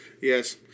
Yes